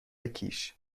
کیش